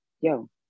yo